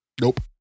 Nope